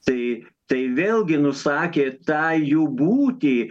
tai tai vėlgi nusakė tą jų būtį